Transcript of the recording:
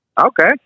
Okay